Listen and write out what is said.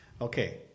okay